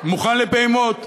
מוכן לפעימות.